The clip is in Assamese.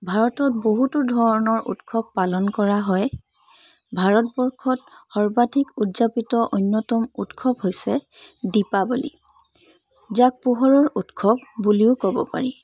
ভাৰতত বহুতো ধৰণৰ উৎসৱ পালন কৰা হয় ভাৰতবৰ্ষত সৰ্বাধিক উদযাপিত অন্যতম উৎসৱ হৈছে দীপাৱলী যাক পোহৰৰ উৎসৱ বুলিও ক'ব পাৰি